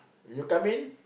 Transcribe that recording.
when you come in